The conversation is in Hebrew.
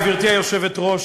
גברתי היושבת-ראש,